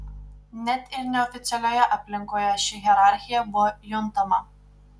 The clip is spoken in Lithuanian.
net ir neoficialioje aplinkoje ši hierarchija buvo juntama